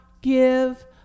give